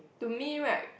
to me right